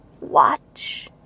watch